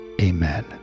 amen